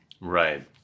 Right